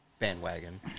Bandwagon